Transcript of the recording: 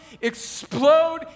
explode